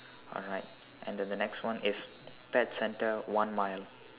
alright and the next one is pet center one mile